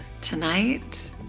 tonight